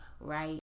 right